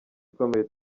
ikomeye